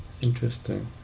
Interesting